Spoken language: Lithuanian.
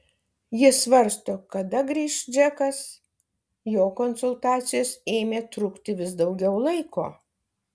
ji svarsto kada grįš džekas jo konsultacijos ėmė trukti vis daugiau laiko